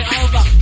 over